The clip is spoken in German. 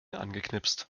angeknipst